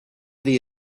the